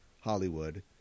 Hollywood